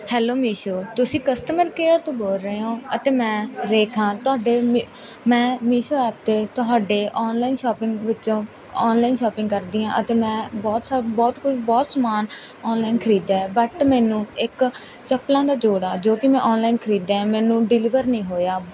hello Meesho ਤੁਸੀਂ customer care ਤੋਂ ਬੋਲ ਰਹੇ ਹੋ ਅਤੇ ਮੈਂ ਰੇਖਾ ਤੁਹਾਡੇ ਮੀ ਮੈਂ ਮੀਸ਼ੋ ਐਪ 'ਤੇ ਤੁਹਾਡੇ ਔਨਲਾਈਨ ਸ਼ੋਪਿੰਗ ਵਿੱਚੋਂ ਔਨਲਾਈਨ ਸ਼ੋਪਿੰਗ ਕਰਦੀ ਹਾਂ ਅਤੇ ਮੈਂ ਬਹੁਤ ਸਾ ਬਹੁਤ ਕੁਝ ਬਹੁਤ ਸਮਾਨ ਔਨਲਾਈਨ ਖਰੀਦਿਆ ਹੈ ਬੱਟ ਮੈਨੂੰ ਇੱਕ ਚੱਪਲਾਂ ਦਾ ਜੋੜਾ ਜੋ ਕਿ ਮੈਂ ਔਨਲਾਈਨ ਖਰੀਦਿਆ ਹੈ ਮੈਨੂੰ ਡਿਲੀਵਰ ਨਹੀਂ ਹੋਇਆ